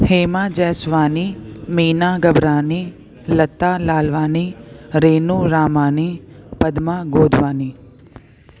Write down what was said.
Hema Jeswani Meena Gabrani Lata Lalwani Renu Ramani Padma Godwani